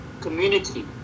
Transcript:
community